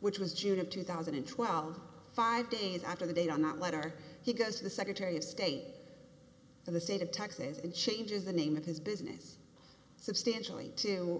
which was june of two thousand and twelve five days after the date on that letter he goes to the secretary of state in the state of texas and changes the name of his business substantially to